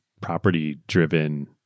property-driven